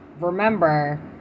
remember